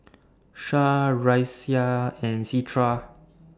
Syah Raisya and Citra